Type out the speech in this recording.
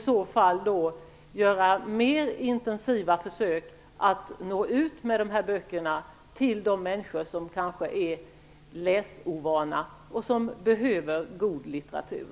Man skall då göra mer intensiva försök att nå ut med dessa böcker till människor som är läsovana och behöver god litteratur.